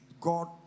God